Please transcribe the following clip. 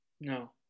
no